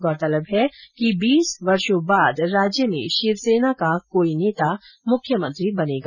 गौरतलब है कि बीस वर्षो बाद राज्य में शिवसेना का कोई नेता मुख्यमंत्री बनेगा